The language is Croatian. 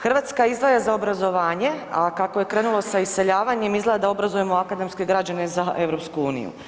Hrvatska izdvaja za obrazovanje, a kako je krenulo sa iseljavanjem izgleda da obrazujemo akademske građane za EU.